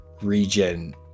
regen